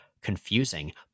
confusing